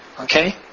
Okay